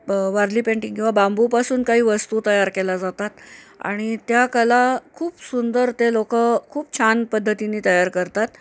ब वारली पेंटिंग किंवा बांबूपासून काही वस्तू तयार केल्या जातात आणि त्या कला खूप सुंदर ते लोकं खूप छान पद्धतीने तयार करतात